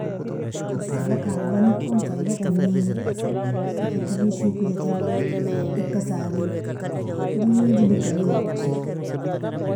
غساله kharbanikon faidatani, ika kiri shukijatin, ika sadin, digdil ika riyhosi.